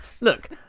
Look